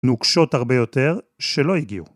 ‫נוקשות הרבה יותר, שלא הגיעו.